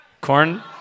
Corn